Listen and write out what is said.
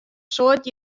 soad